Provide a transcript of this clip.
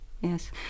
Yes